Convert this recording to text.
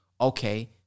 Okay